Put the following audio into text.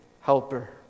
helper